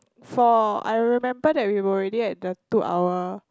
for I remember that we were already at the two hour